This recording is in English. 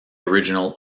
original